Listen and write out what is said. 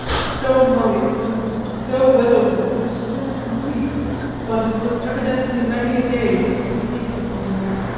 stone-mullioned, and though weatherworn, was still complete but it was evidently many a day since the case had been there.